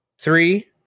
Three